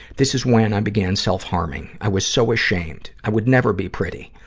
this is when i began self-harming. i was so ashamed. i would never be pretty.